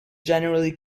generally